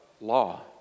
law